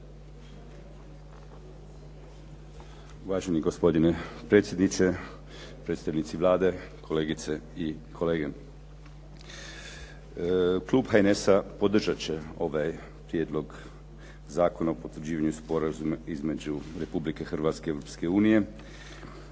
Uvaženi gospodine predsjedniče, predstavnici Vlade, kolegice i kolege. Klub HNS-a podržat će ovaj Prijedlog zakona o potvrđivanju Sporazuma između Republike Hrvatske i